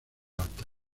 altas